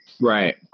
right